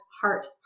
heart